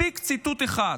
מספיק ציטוט אחד: